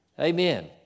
Amen